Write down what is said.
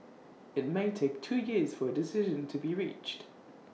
IT may take two years for A decision to be reached